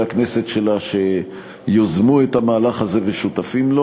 הכנסת שלה שיזמו את המהלך הזה ושותפים לו,